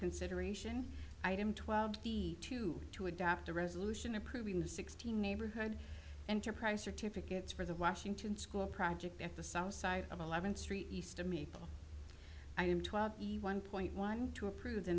consideration item twelve b two to adopt a resolution approving the sixteen neighborhood enterprise certificates for the washington school project at the south side of eleventh street east a maple i am twelve one point one two approve